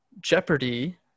Jeopardy